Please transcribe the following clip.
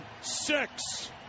six